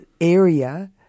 area